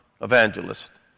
evangelist